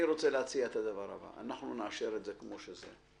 אני רוצה להציע את הדבר הבא: נאשר את הצעת החוק כפי שהיא.